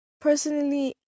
Personally